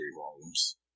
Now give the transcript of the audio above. volumes